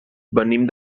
venim